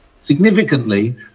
significantly